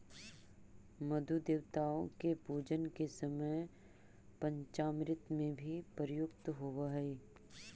मधु देवताओं के पूजन के समय पंचामृत में भी प्रयुक्त होवअ हई